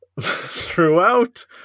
Throughout